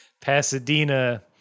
Pasadena